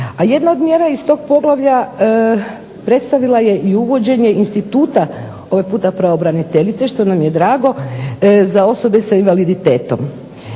jedan od mjera iz toga poglavlja predstavila je i uvođenje instituta ovaj puta pravobraniteljice što nam je drago za osobe sa invaliditetom.